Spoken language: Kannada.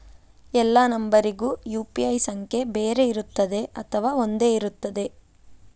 ಎಲ್ಲಾ ನಂಬರಿಗೂ ಯು.ಪಿ.ಐ ಸಂಖ್ಯೆ ಬೇರೆ ಇರುತ್ತದೆ ಅಥವಾ ಒಂದೇ ಇರುತ್ತದೆ?